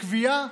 והייתה קביעה